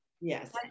yes